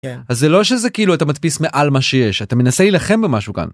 זה לא שזה כאילו אתה מדפיס מעל מה שיש אתה מנסה להילחם במשהו כאן.